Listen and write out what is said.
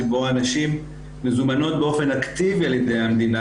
שבו הנשים מזומנות באופן אקטיבי על ידי המדינה,